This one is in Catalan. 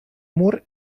mur